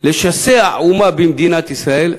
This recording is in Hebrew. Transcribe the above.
לשסע אומה במדינת ישראל?